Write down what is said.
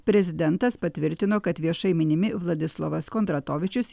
prezidentas patvirtino kad viešai minimi vladislovas kondratovičius